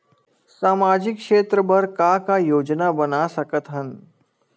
सामाजिक क्षेत्र बर का का योजना बना सकत हन?